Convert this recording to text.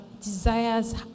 desires